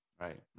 Right